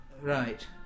Right